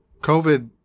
COVID